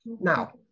Now